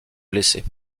blessés